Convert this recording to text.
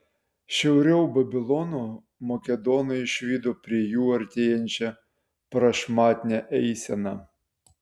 šiauriau babilono makedonai išvydo prie jų artėjančią prašmatnią eiseną